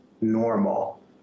normal